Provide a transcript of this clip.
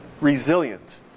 resilient